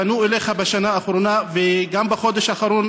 פנו אליך בשנה האחרונה וגם בחודש האחרון,